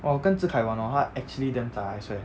哦我跟 zhi kai 玩 hor 他 actually damn zai I swear